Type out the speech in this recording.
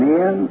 Men